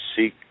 seek